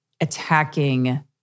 attacking